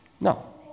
No